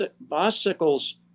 Bicycles